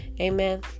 Amen